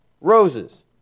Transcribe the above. roses